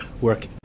work